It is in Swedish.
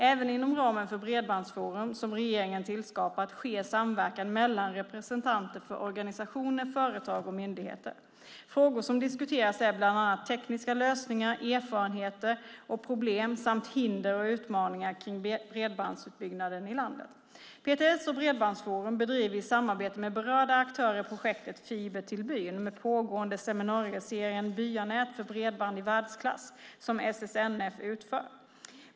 Även inom ramen för Bredbandsforum, som regeringen tillskapat, sker samverkan mellan representanter för organisationer, företag och myndigheter. Frågor som diskuteras är bland annat tekniska lösningar, erfarenheter och problem samt hinder och utmaningar kring bredbandsutbyggnaden i landet. PTS och Bredbandsforum bedriver i samarbete med berörda aktörer projektet Fiber till byn med pågående seminarieserien Byanät för bredband i världsklass som SSNF utför.